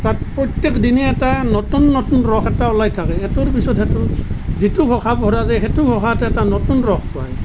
তাত প্ৰত্যেক দিনেই এটা নতুন নতুন ৰস এটা ওলায় থাকে এইটোৰ পিছত সেইটো যিটো ঘোষা পঢ়া যাই সেইটো ঘোষাতে এটা নতুন ৰস পোৱা যায়